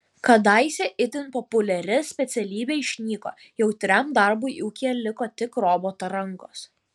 kadaise itin populiari specialybė išnyko jautriam darbui ūkyje liko tik roboto rankos